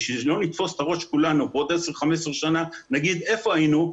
כדי שלא נתפוס את הראש כולנו בעוד 15-10 שנים ונגיד איפה היינו,